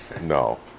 No